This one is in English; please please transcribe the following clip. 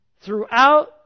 Throughout